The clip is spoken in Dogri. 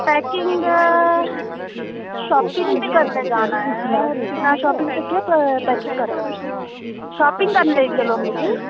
शॉपिंग शॉपिंग ते करने गी जाना ऐ ते बिना शॉपिंग दे केह् शॉपिंग करां शॉपिंग करने गी लेई चलो मिगी